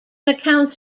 accounts